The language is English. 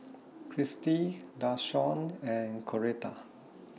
Christi Dashawn and Coretta